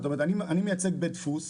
אני מייצג בית דפוס